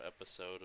episode